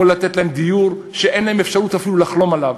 או לתת להם דיור שאין להם אפשרות אפילו לחלום עליו?